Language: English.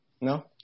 No